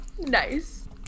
Nice